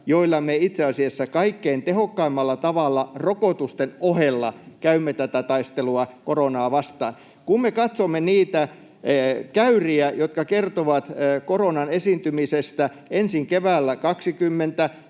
joilla me itse asiassa kaikkein tehokkaimmalla tavalla — rokotusten ohella — käymme tätä taistelua koronaa vastaan. Kun me katsomme niitä käyriä, jotka kertovat koronan esiintymisestä ensin keväällä 2020,